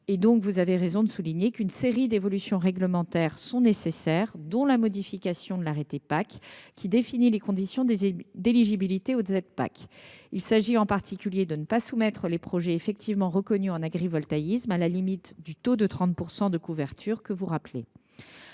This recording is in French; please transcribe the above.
la PAC. Vous avez raison de le souligner, plusieurs évolutions réglementaires sont nécessaires, dont la modification de l’arrêté définissant les conditions d’éligibilité aux aides de la PAC. Il s’agit en particulier de ne pas soumettre les projets effectivement reconnus en agrivoltaïsme à la limite du taux de 30 % de couverture que vous rappelez.